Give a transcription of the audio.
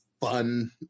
fun